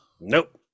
Nope